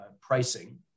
pricing